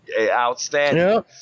Outstanding